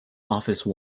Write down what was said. office